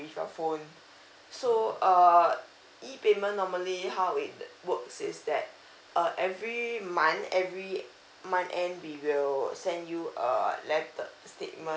your phone so uh E payment normally how it works is that uh every month every month end we will send you a letter statement